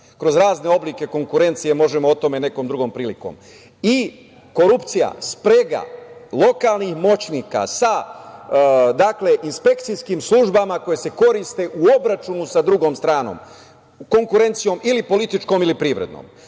Kroz razne oblike konkurencije možemo o tome nekom drugom prilikom. I, korupcija, sprega lokalnih moćnika sa inspekcijskim službama koje se koriste u obračunu sa drugom stranom, konkurencijom ili političkom ili privrednom.